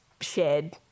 shared